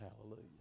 Hallelujah